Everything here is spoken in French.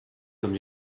comme